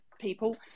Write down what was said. people